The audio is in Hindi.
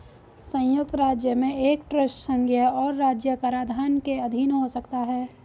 संयुक्त राज्य में एक ट्रस्ट संघीय और राज्य कराधान के अधीन हो सकता है